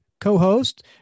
co-host